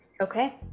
Okay